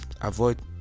avoid